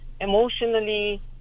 emotionally